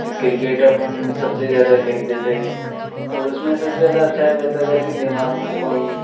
cricket हम सबसे ज्यादा खेलते थे और उसमें सबसे ज़्यादा अच्छा रहता था कि दिमाग में कोई